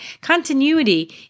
continuity